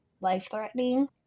life-threatening